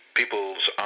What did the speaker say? people's